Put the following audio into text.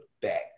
back